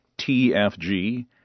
tfg